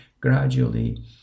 gradually